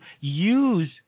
use